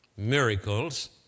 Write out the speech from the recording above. Miracles